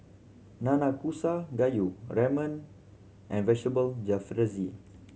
Nanakusa Gayu Ramen and Vegetable Jalfrezi